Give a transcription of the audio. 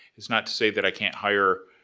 it's not to say that i can't hire,